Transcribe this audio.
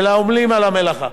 ולעמלים על המלאכה,